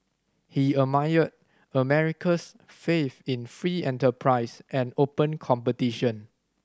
he admired America's faith in free enterprise and open competition